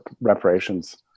reparations